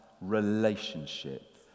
relationship